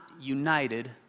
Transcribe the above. united